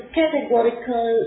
categorical